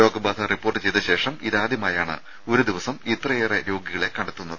രോഗബാധ റിപ്പോർട്ട് ചെയ്ത ശേഷം ഇതാദ്യമായാണ് ഒരു ദിവസം ഇത്രയേറെ രോഗികളെ കണ്ടെത്തുന്നത്